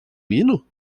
hino